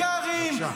בבקשה.